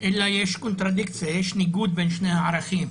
אלא יש ניגוד בין שני הערכים.